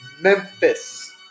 Memphis